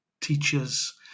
teachers